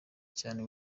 cyane